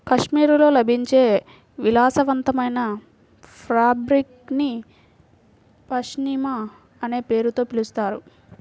కాశ్మీర్లో లభించే విలాసవంతమైన ఫాబ్రిక్ ని పష్మినా అనే పేరుతో పిలుస్తారు